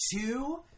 two